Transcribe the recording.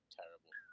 terrible